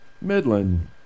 Midland